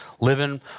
living